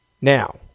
Now